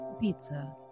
pizza